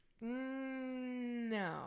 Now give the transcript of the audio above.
No